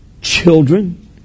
children